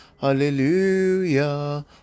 Hallelujah